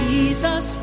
Jesus